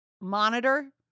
monitor